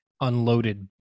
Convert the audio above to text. unloaded